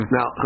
Now